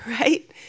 right